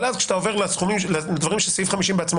אבל אז כשאתה עובר לדברים שסעיף 50 בעצמו